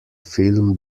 film